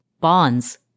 bonds